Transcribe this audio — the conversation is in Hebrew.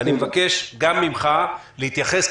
אני מבקש גם ממך להתייחס,